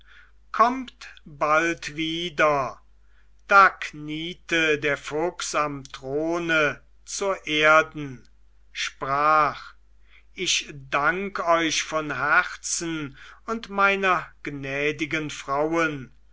kommt bald wieder da kniete der fuchs am throne zur erden sprach ich dank euch von herzen und meiner gnädigen frauen